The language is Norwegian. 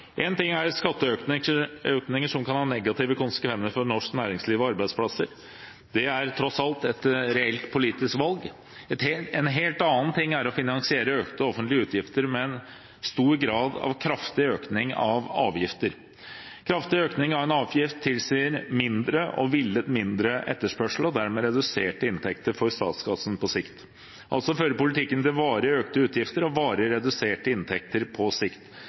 En ting er skatteøkninger som kan ha negative konsekvenser for norsk næringsliv og arbeidsplasser. Det er tross alt et reelt politisk valg. En helt annen ting er å finansiere økte offentlige utgifter med en stor grad av kraftig økning av avgifter. En kraftig økning av en avgift tilsier mindre og villet mindre etterspørsel og dermed reduserte inntekter for statskassen på sikt – altså fører politikken til varig økte utgifter og varig reduserte inntekter på sikt.